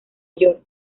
york